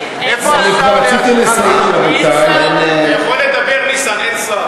אני מוכרח לומר שאני אחד מהקפדנים ביותר בנוגע לחוק חסינות חברי הכנסת.